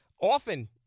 often